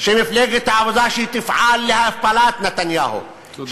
שמפלגת העבודה תפעל להפלת נתניהו, תודה.